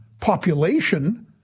population